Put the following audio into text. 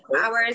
hours